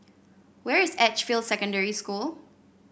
where is Edgefield Secondary School